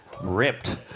ripped